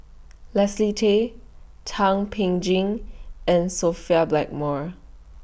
Leslie Tay Thum Ping Tjin and Sophia Blackmore